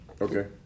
Okay